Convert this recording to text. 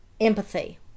empathy